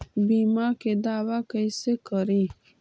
बीमा के दावा कैसे करी?